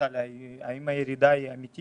בכלל האם הירידה היא אמיתית.